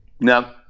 no